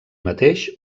mateix